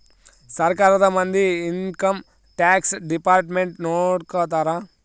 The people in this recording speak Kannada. ಸರ್ಕಾರದ ಮಂದಿ ಇನ್ಕಮ್ ಟ್ಯಾಕ್ಸ್ ಡಿಪಾರ್ಟ್ಮೆಂಟ್ ನೊಡ್ಕೋತರ